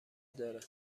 داره